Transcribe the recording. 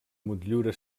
motllura